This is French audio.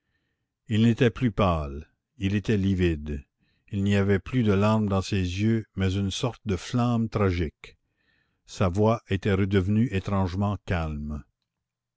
il n'était plus pâle il était livide il n'y avait plus de larmes dans ses yeux mais une sorte de flamme tragique sa voix était redevenue étrangement calme